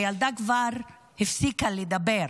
הילדה הפסיקה לדבר